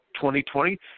2020